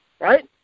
right